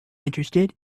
interested